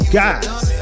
guys